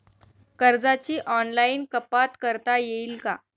कर्जाची ऑनलाईन कपात करता येईल का?